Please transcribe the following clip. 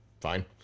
fine